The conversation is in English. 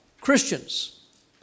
Christians